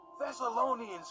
Thessalonians